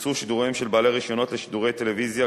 יופצו שידוריהם של בעלי הרשיונות לשידורי טלוויזיה.